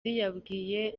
yabwiye